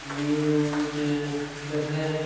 news seven